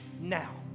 now